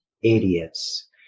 idiots